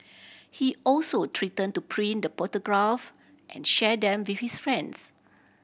he also threatened to print the photograph and share them with his friends